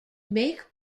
make